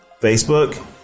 Facebook